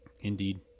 Indeed